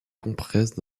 compresses